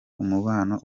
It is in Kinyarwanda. umubano